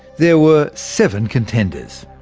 there were seven contenders.